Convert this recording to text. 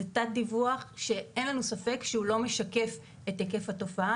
זה תת-דיווח שאין לנו ספק שהוא לא משקף את היקף התופעה.